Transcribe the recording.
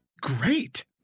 great